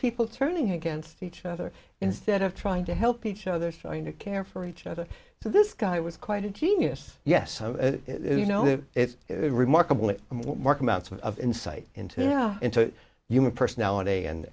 people turning against each other instead of trying to help each other trying to care for each other so this guy was quite a genius yes you know it's remarkable what mark amounts of insight into you know into human personality and